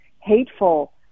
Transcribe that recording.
hateful